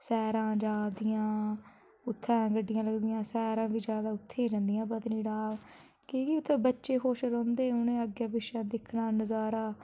सैरां जा दियां उत्थैं गै गड्डियां लगदियां सैरां बी ज्यादा उत्थैं गै जंदियां पत्नीटाप कि के उत्थे बच्चे खुश रौंह्दे उत्थे अग्गें पिच्छें दिक्खने दा नजारा